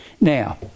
Now